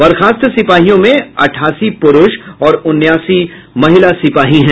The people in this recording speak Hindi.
बर्खास्त सिपाहियों में अठासी प्रूष और उनासी महिला सिपाही हैं